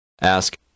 Ask